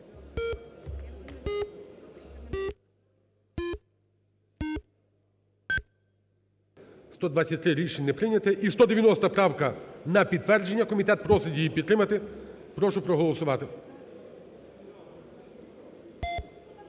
135. Рішення не прийняте. 222-а – на підтвердження. Комітет просить її підтримати. Прошу проголосувати,